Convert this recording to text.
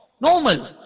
Normal